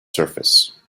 surface